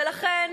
ולכן,